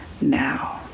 now